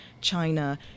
China